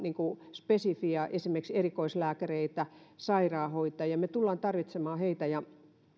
spesifiä esimerkiksi erikoislääkäreitä sairaanhoitajia me tulemme tarvitsemaan heitä